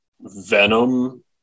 venom